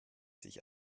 sich